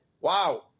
Wow